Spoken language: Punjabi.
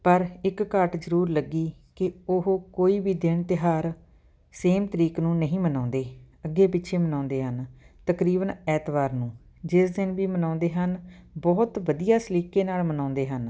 ਪਰ ਇੱਕ ਘਾਟ ਜ਼ਰੂਰ ਲੱਗੀ ਕਿ ਉਹ ਕੋਈ ਵੀ ਦਿਨ ਤਿਉਹਾਰ ਸੇਮ ਤਰੀਕ ਨੂੰ ਨਹੀਂ ਮਨਾਉਂਦੇ ਅੱਗੇ ਪਿੱਛੇ ਮਨਾਉਂਦੇ ਹਨ ਤਕਰੀਬਨ ਐਤਵਾਰ ਨੂੰ ਜਿਸ ਦਿਨ ਵੀ ਮਨਾਉਂਦੇ ਹਨ ਬਹੁਤ ਵਧੀਆ ਸਲੀਕੇ ਨਾਲ ਮਨਾਉਂਦੇ ਹਨ